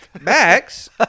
Max